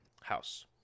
house